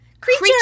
Creature